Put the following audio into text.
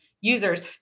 Users